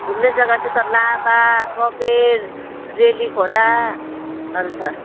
घुम्ने जग्गा चाहिँ त लाभा कफेर रेली खोलाहरू छ